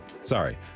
Sorry